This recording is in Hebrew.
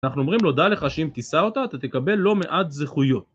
אנחנו אומרים לו: דע לך שאם תשא אותה אתה תקבל לא מעט זכויות